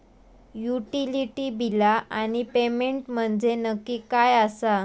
Utility बिला आणि payment म्हंजे नक्की काय आसा?